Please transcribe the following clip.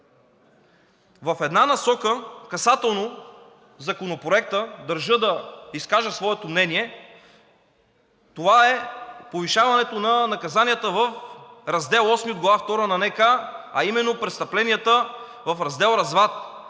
В една насока – касателно, Законопроектът, държа да изкажа своето мнение, това е повишаването на наказанията в Раздел VIII от Глава втора на НК, а именно престъпленията в раздел „Разврат“,